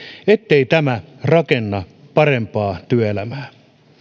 ettei tämä rakenna parempaa työelämää